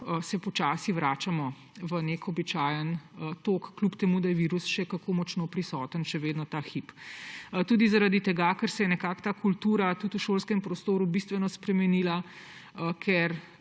počasi vračamo v nek običajen tok, čeprav je še vedno virus še kako močno prisoten ta hip. Tudi zaradi tega, ker se je nekako ta kultura tudi v šolskem prostoru bistveno spremenila, ker